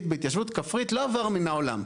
בהתיישבות כפרית לא עבר מן העולם.